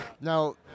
Now